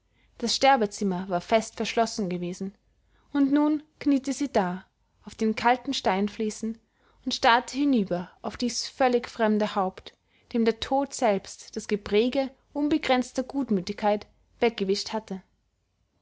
das sterbezimmer war fest verschlossen gewesen und nun kniete sie da auf den kaltem steinfliesen und starrte hinüber auf dies völlig fremde haupt dem der tod selbst das gepräge unbegrenzter gutmütigkeit weggewischt hatte